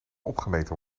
opgemeten